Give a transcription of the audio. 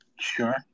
Sure